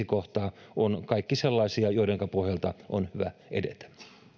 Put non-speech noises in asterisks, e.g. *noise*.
*unintelligible* kohtaa ovat kaikki sellaisia joidenka pohjalta on hyvä edetä